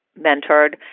mentored